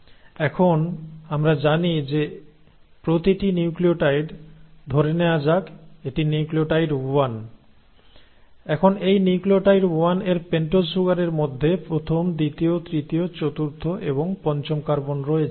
এখন আমরা জানি যে প্রতিটি নিউক্লিওটাইড ধরে নেয়া যাক এটি নিউক্লিওটাইড 1 এখন এই নিউক্লিয়টাইড 1 এর পেন্টোজ সুগারের মধ্যে প্রথম দ্বিতীয় তৃতীয় চতুর্থ এবং পঞ্চম কার্বন রয়েছে